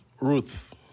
Ruth